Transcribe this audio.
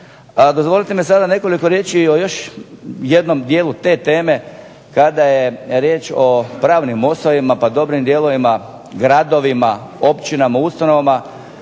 Dozvolite mi sada nekoliko riječi o još jednom dijelu te teme kada je riječ o pravnim osobama pa dobrim dijelom gradovima, općinama, ustanovama